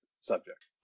subject